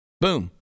Boom